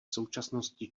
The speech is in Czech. současnosti